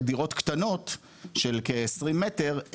דירות קטנות של כ-20 מטר,